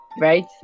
right